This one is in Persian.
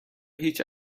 هیچ